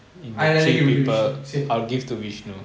I rather give to vishnu same